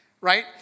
right